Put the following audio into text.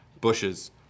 bushes